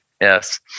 Yes